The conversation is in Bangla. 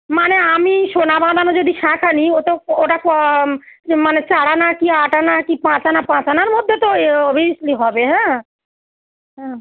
মানে আমি সোনা বাঁধানো যদি শাঁখা নিই ওটা ক মানে চার আনা কি আট আনা কি পাঁচ আনা পাঁচ আনার মধ্যে তো অবভিয়সলি হবে অ্যাঁ হুঁ